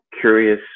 curious